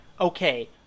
okay